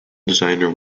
designer